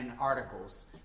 articles